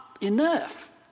enough